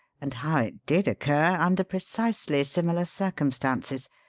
and how it did occur, under precisely similar circumstances.